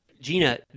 Gina